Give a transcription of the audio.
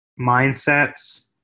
mindsets